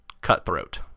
cutthroat